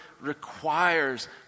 requires